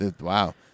Wow